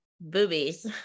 boobies